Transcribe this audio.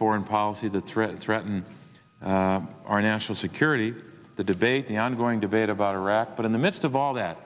foreign policy the threat threaten our national security the debate the ongoing debate about iraq but in the midst of all that